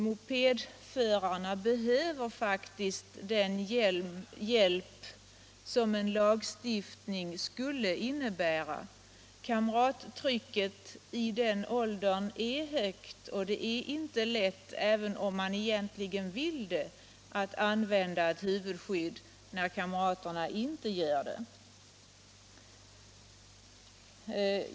Mopedförarna behöver faktiskt den hjälp som en lagstiftning skulle innebära. Kamrattrycket i den åldern är hårt, och det är inte lätt att använda ett huvudskydd —- även om man vill det — när kamraterna inte gör det.